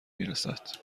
میرسد